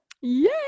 Yay